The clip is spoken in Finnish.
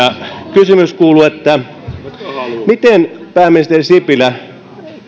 kysymys kuuluu miten pääministeri sipilä